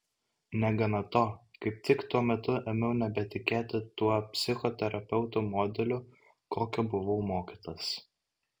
negana to kaip tik tuo metu ėmiau nebetikėti tuo psichoterapeuto modeliu kokio buvau mokytas